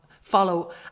Follow